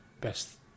best